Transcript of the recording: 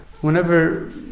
whenever